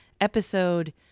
episode